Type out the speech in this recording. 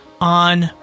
on